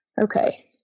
Okay